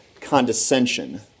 Condescension